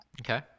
Okay